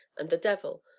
and the devil,